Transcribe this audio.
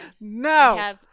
No